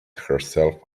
herself